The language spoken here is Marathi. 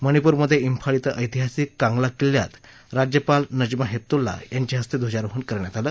मणिपूरमध्ये फाळ क्रि ऐतिहासिक कांगला किल्ल्यात राज्यपाल नजमा हेपतुल्ला यांच्या हस्ते ध्वजारोहण करण्यात आलं